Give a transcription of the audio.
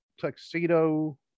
tuxedo